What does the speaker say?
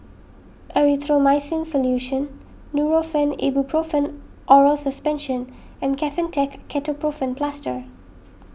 Erythroymycin Solution Nurofen Ibuprofen Oral Suspension and Kefentech Ketoprofen Plaster